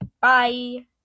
Bye